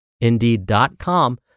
indeed.com